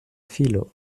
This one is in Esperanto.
filo